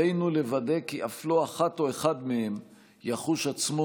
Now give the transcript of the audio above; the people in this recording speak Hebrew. עלינו לוודא כי אף לא אחת או אחד מהם יחוש עצמו